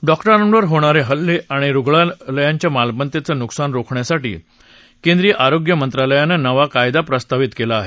डॉक्टरांवर होणारे हल्ले आणि रुग्णालयांच्या मालमत्तेचं नुकसान रोखण्यासाठी केंद्रीय आरोग्य मंत्रालयानं नवा कायदा प्रस्तावित केला आहे